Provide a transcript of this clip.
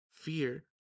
fear